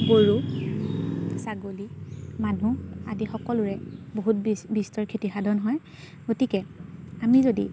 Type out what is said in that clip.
গৰু ছাগলী মানুহ আদি সকলোৰে বহুত বিস্তৰ খেতি সাধন হয় গতিকে আমি যদি